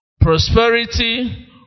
Prosperity